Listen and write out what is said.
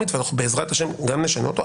ובעזרת השם גם נשנה אותה,